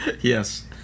Yes